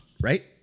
Right